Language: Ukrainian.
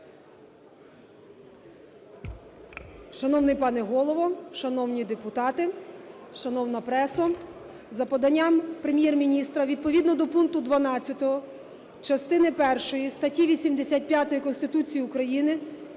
Шановний пане Голово! Шановні депутати! Шановна преса! За поданням Прем'єр-міністра відповідно до пункту 12 частини першої статті 85 Конституції України